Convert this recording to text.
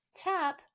tap